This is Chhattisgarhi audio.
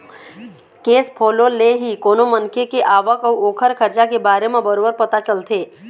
केस फोलो ले ही कोनो मनखे के आवक अउ ओखर खरचा के बारे म बरोबर पता चलथे